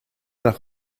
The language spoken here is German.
nach